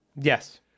Yes